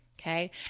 okay